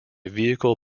vehicle